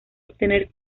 obtener